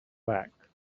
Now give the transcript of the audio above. black